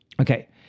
Okay